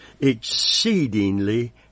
exceedingly